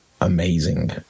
amazing